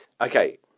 Okay